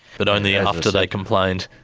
but only after they complained.